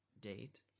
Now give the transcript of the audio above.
date